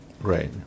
Right